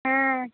হ্যাঁ